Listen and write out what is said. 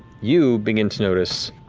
you begin to notice